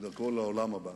לעולם הבא